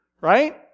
right